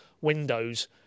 windows